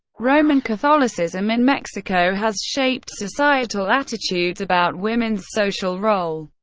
roman catholicism in mexico has shaped societal attitudes about women's social role,